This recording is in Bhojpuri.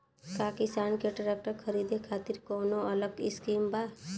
का किसान के ट्रैक्टर खरीदे खातिर कौनो अलग स्किम बा?